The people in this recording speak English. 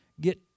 get